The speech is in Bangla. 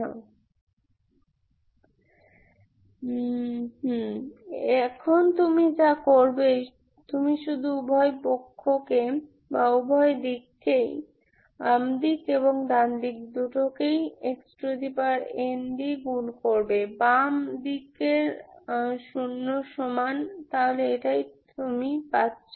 k2kk 2ndkdk 2x nk1 2nd1x n10 n123 এখন তুমি যা করবে তুমি শুধু উভয় দিকে xn গুণ করবে বাম হস্ত দিক শূন্যের সমান তাহলে এটাই তোমার আছে